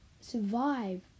survive